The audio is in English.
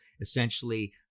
essentially